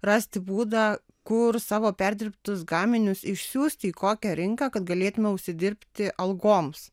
rasti būdą kur savo perdirbtus gaminius išsiųsti kokią rinką kad galėtume užsidirbti algoms